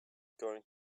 going